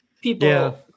people